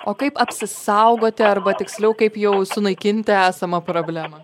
o kaip apsisaugoti arba tiksliau kaip jau sunaikinti esamą problemą